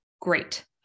Great